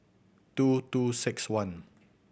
two two six one